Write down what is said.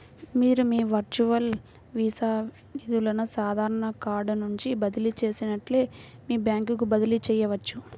మీరు మీ virtual visa నిధులను సాధారణ కార్డ్ నుండి బదిలీ చేసినట్లే మీ బ్యాంకుకు బదిలీ చేయవచ్చు